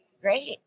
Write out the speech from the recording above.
Great